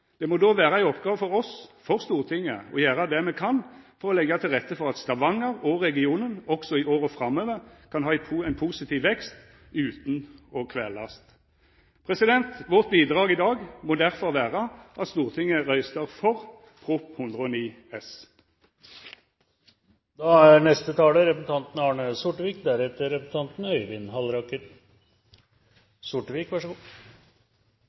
Det må då vera ei oppgåve for oss, for Stortinget, å gjera det me kan for å leggja til rette for at Stavanger og regionen også i åra framover kan ha ein positiv vekst, utan å kvelast. Vårt bidrag i dag må difor vera at Stortinget røystar for Prop. 109